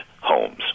homes